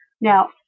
Now